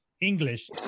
English